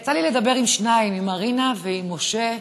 יצא לי לדבר עם שניים, עם מרינה ועם משה,